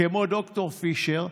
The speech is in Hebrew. כמו ד"ר פישר,